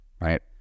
right